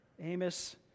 Amos